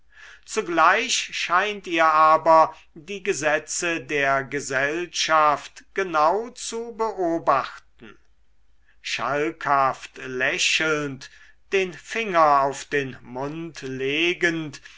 zugleich scheint ihr aber die gesetze der gesellschaft genau zu beobachten schalkhaft lächelnd den finger auf den mund legend